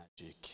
magic